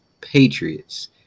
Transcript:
Patriots